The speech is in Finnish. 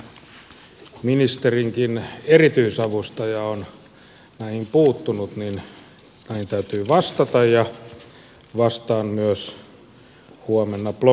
kun ministerinkin erityisavustaja on näihin puuttunut niin näihin täytyy vastata ja vastaan myös huomenna blogissani